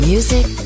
Music